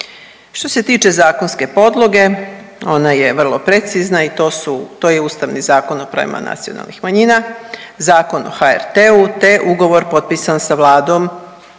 Što se tiče zakonske podloge, ona je vrlo precizna i to su, to je Ustavni zakon o pravima nacionalnih manjina, Zakon o HRT-u te ugovor potpisan sa Vladom